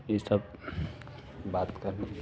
इ सब बात करने का